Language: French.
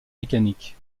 mécaniques